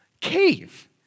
cave